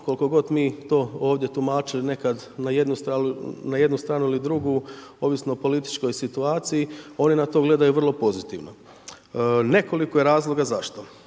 koliko god mi to ovdje tumačili nekad na jednu stranu ili drugu ovisno o političkoj situaciji, oni na to gledaju vrlo pozitivno. Nekoliko je razloga zašto.